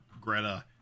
Greta